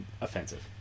offensive